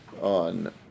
on